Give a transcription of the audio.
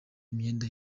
imyenda